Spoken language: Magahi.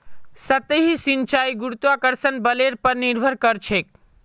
सतही सिंचाई गुरुत्वाकर्षण बलेर पर निर्भर करछेक